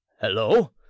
hello